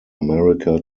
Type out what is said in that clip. america